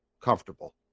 comfortable